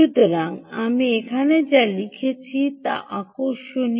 সুতরাং আমি এখানে যা লিখেছি তা আকর্ষণীয়